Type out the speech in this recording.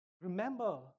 remember